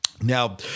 Now